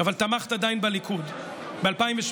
אבל תמכת עדיין בליכוד ב-2017,